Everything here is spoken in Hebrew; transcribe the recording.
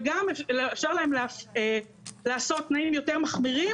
וגם לאפשר להם לעשות תנאים יותר מחמירים